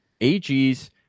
AGs